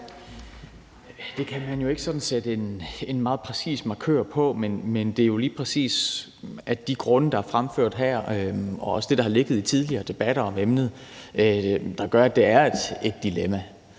Det kan man jo ikke sådan sætte en meget præcis markør på, men det er jo lige præcis de grunde, der er fremført her, og så det, der har ligget i tidligere debatter om emnet, der gør, at det er et dilemma.